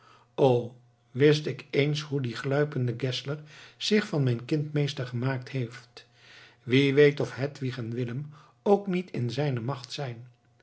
o wist ik eens hoe die gluipende geszler zich van mijn kind meester gemaakt heeft wie weet of hedwig en willem ook niet in zijne macht zijn